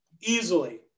Easily